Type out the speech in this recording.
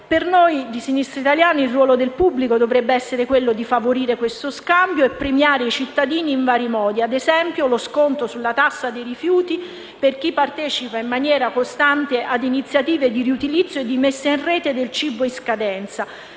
Per noi di Sinistra italiana il ruolo del pubblico dovrebbe essere quello di favorire questo scambio e premiare i cittadini in vari modi, ad esempio con lo sconto sulla tassa dei rifiuti per chi partecipa in maniera costante ad iniziative di riutilizzo e di messa in rete del cibo in scadenza.